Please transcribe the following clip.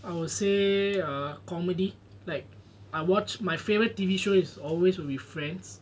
I will say err comedy like I watched my favourite T_V show is always will be friends